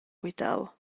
quitau